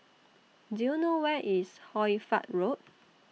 Do YOU know Where IS Hoy Fatt Road